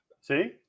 See